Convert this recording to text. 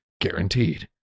Guaranteed